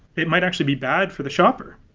it might actually be bad for the shopper.